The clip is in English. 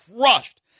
crushed